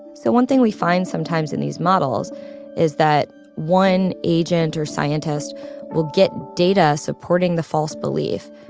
so one thing we find sometimes in these models is that one agent or scientist will get data supporting the false belief.